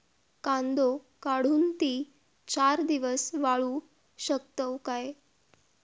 कांदो काढुन ती चार दिवस वाळऊ शकतव काय?